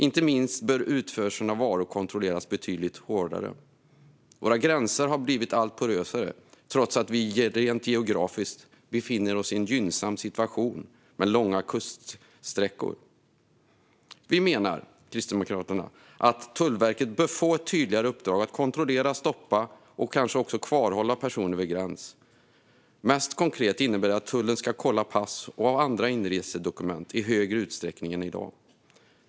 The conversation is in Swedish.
Inte minst bör utförseln av varor kontrolleras betydligt hårdare. Våra gränser har blivit allt porösare, trots att vi rent geografiskt befinner oss i en gynnsam situation med långa kuststräckor. Kristdemokraterna menar att Tullverket bör få ett tydligare uppdrag att kontrollera, stoppa och kanske också kvarhålla personer vid gräns. Mest konkret innebär det att tullen ska kolla pass och andra inresedokument i högre utsträckning än i dag.